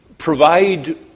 provide